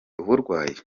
uburwayi